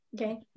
Okay